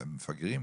מפגרים?